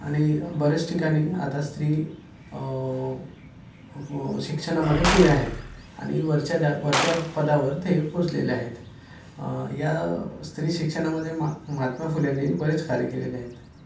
आणि बऱ्याच ठिकानी आता स्त्री शिक्षणामध्ये पुढे आहेत आणि वरच्या जा वरच्या पदावर ते पोचलेल्या आहेत या स्त्री शिक्षणामध्ये मा महात्मा फुल्यांनी बरेच कार्य केलेले आहेत